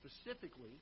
specifically